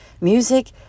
Music